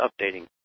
updating